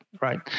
right